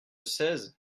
seize